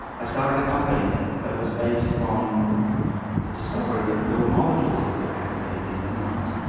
i started a company that was based on the discovery that there were molecules that could activate these enzymes.